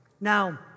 Now